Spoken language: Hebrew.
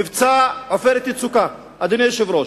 מבצע "עופרת יצוקה" אדוני היושב-ראש,